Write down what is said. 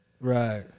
Right